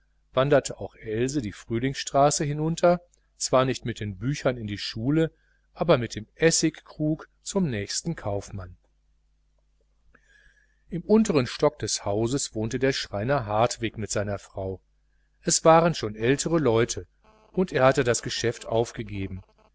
wanderte auch else die frühlingsstraße hinunter zwar nicht mit den büchern in die schule aber mit dem essigkrug zum nächsten kaufmann im untern stock des hauses wohnte der schreiner hartwig mit seiner frau es waren schon ältere leute und er hatte das geschäft abgegeben